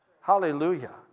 Hallelujah